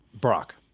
Brock